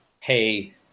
Hey